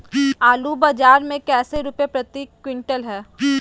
आलू बाजार मे कैसे रुपए प्रति क्विंटल है?